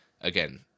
again